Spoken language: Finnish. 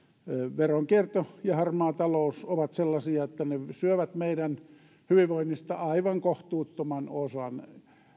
veronkierto ja harmaa talous ovat sellaisia että ne syövät meidän hyvinvoinnistamme aivan kohtuuttoman osan